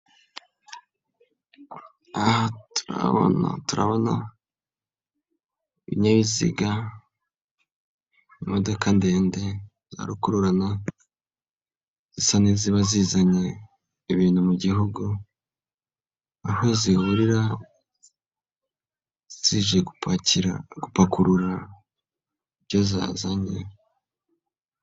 Aha turahabona turabona ibinyabiziga, imodoka ndende za rukururana zisa n'iziba zizanye ibintu mu gihugu, aho zihurira zije gupakira gupakurura ibyo zazanye.